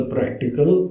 Practical